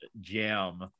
jam